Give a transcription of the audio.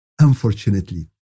unfortunately